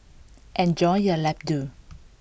enjoy your Ladoo